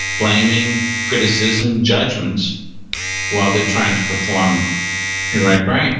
blaming, criticism, judgements while they're trying to perform in right brain